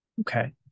Okay